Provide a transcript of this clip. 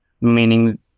meaning